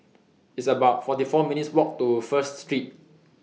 It's about forty four minutes' Walk to First Street